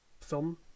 film